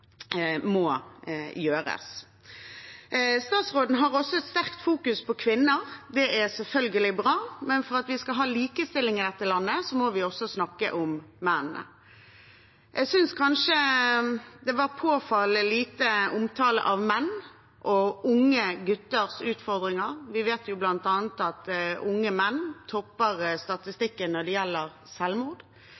må gjøres. Statsråden fokuserer også sterkt på kvinner. Det er selvfølgelig bra, men for at vi skal ha likestilling i dette landet, må vi også snakke om mennene. Jeg synes kanskje det var påfallende lite omtale av menn og unge gutters utfordringer. Vi vet jo bl.a. at unge menn topper